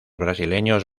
brasileños